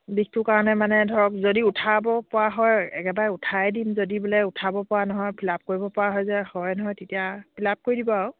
বিষটোৰ কাৰণে মানে ধৰক যদি উঠাব পৰা হয় একেবাৰে উঠাই দিম যদি বোলে উঠাব পৰা নহয় ফিল আপ কৰিব পৰা হৈ যায় হয় নহয় তেতিয়া ফিল আপ কৰি দিব আৰু